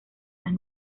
las